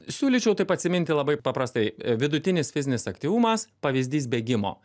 siūlyčiau taip atsiminti labai paprastai vidutinis fizinis aktyvumas pavyzdys bėgimo